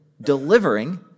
delivering